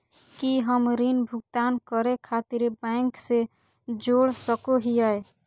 की हम ऋण भुगतान करे खातिर बैंक से जोड़ सको हियै?